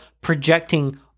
projecting